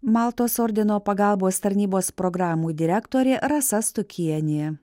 maltos ordino pagalbos tarnybos programų direktorė rasa stukienė